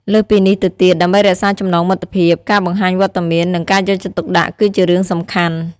លើសពីនេះទៅទៀត ដើម្បីរក្សាចំណងមិត្តភាព ការបង្ហាញវត្តមាន និងការយកចិត្តទុកដាក់គឺជារឿងសំខាន់។